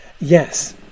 Yes